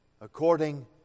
according